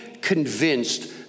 convinced